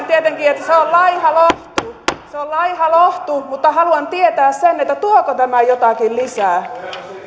tietenkin se on laiha lohtu mutta haluan tietää sen tuoko tämä jotakin lisää